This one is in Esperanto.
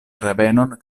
revenon